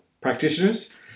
practitioners